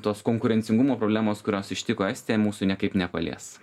tos konkurencingumo problemos kurios ištiko estiją mūsų niekaip nepalies